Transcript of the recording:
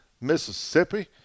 Mississippi